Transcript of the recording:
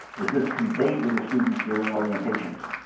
is this conveyed to the students during orientation?